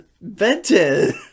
Benton